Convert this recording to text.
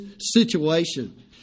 situation